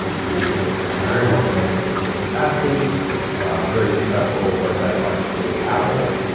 who is a very well-known endurance athlete, a very successful website, mark's daily apple,